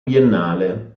biennale